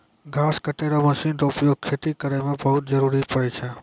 घास कटै रो मशीन रो उपयोग खेती करै मे बहुत जरुरी पड़ै छै